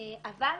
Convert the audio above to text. אבל